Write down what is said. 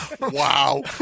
Wow